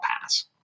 pass